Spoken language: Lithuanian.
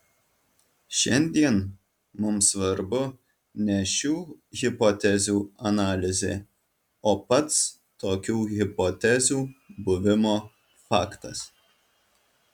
šiandien mums svarbu ne šių hipotezių analizė o pats tokių hipotezių buvimo faktas